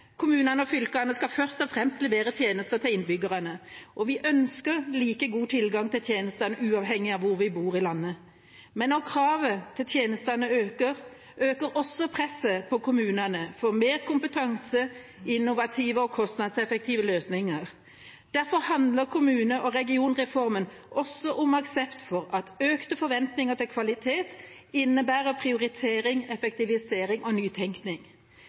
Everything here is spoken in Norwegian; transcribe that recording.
Kommunene og fylkene skal først og fremst levere tjenester til innbyggerne, og vi ønsker like god tilgang til tjenestene uavhengig av hvor vi bor i landet. Men når kravet til tjenestene øker, øker også presset på kommunene for mer kompetanse, innovative og kostnadseffektive løsninger. Derfor handler kommune- og regionreformen også om aksept for at økte forventninger til kvalitet innebærer prioritering, effektivisering og nytenkning.